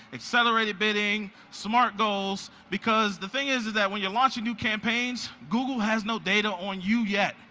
accelerated bidding, smart goals, because the thing is is that when you launch your new campaigns, google has no data on you yet.